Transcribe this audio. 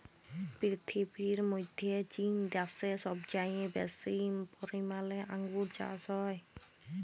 পীরথিবীর মধ্যে চীন দ্যাশে সবচেয়ে বেশি পরিমালে আঙ্গুর চাস হ্যয়